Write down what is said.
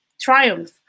triumph